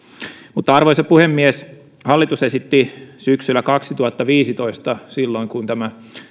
arvoisa puhemies hallitus esitti syksyllä kaksituhattaviisitoista silloin kun tämä